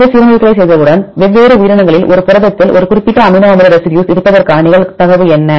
இந்த சீரமைப்புகளைச் செய்தவுடன் வெவ்வேறு உயிரினங்களில் ஒரு புரதத்தில் ஒரு குறிப்பிட்ட அமினோ அமில ரெசிடியூஸ் இருப்பதற்கான நிகழ்தகவு என்ன